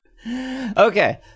Okay